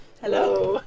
Hello